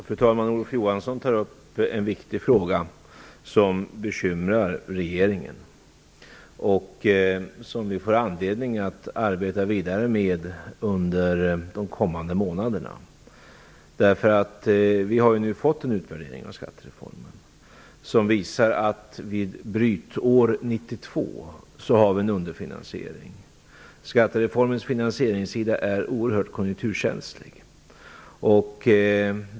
Fru talman! Olof Johansson tog upp en viktig fråga som bekymrar regeringen och som vi får anledning att arbeta vidare med under de kommande månaderna. Vi har ju nu fått en utvärdering av skattereformen som visar att vid brytåret 1992 hade man en underfinansiering. Skattereformens finansieringssida är oerhört konjunkturkänslig.